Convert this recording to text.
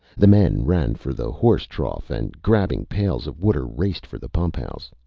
the men ran for the horse trough and grabbing pails of water, raced for the pumphouse.